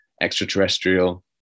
extraterrestrial